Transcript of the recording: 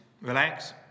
relax